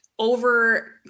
over